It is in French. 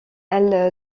elle